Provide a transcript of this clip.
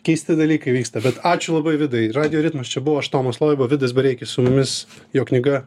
keisti dalykai vyksta bet ačiū labai vidai radijo ritmas čia buvo aš tomas loiba vidas bareikis su mumis jo knyga